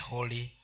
Holy